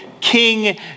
King